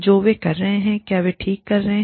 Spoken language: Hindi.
जो वे कर रहे हैं क्या वे ठीक हैं